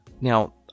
Now